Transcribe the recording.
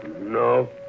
No